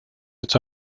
its